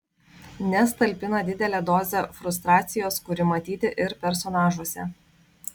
nes talpina didelę dozę frustracijos kuri matyti ir personažuose